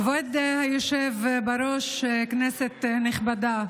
כבוד היושב-ראש, כנסת נכבדה,